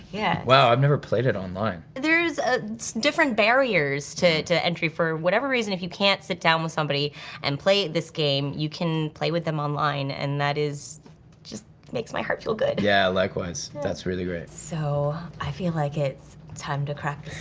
yeah wow, i've never played it online. there's different barriers to to entry for whatever reason if you can't sit down with somebody and play this game, you can play with them online, and that just makes my heart feel good. yeah, likewise, that's really great. so, i feel like it's time to crack the